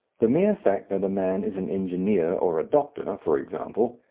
the mere fact that a man is an engineer or a doctor, for example,